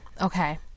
okay